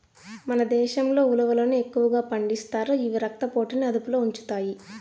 మన దేశంలో ఉలవలను ఎక్కువగా పండిస్తారు, ఇవి రక్త పోటుని అదుపులో ఉంచుతాయి